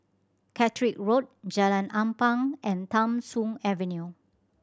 Caterick Road Jalan Ampang and Tham Soong Avenue